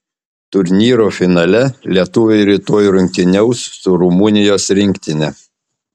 turnyro finale lietuviai rytoj rungtyniaus su rumunijos rinktine